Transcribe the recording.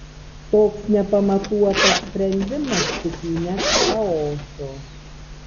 toks nepamatuotas sprendimas tik įneš chaoso